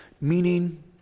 meaning